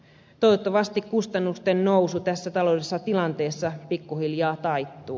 toivottavasti kustannusten nousu tässä taloudellisessa tilanteessa pikkuhiljaa taittuu